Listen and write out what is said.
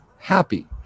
happy